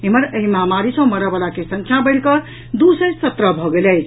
एम्हर एहि महामारी सँ मरऽवला के संख्या बढ़िकऽ दू सय सत्रह भऽ गेल अछि